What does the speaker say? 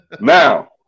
now